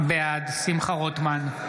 בעד שמחה רוטמן,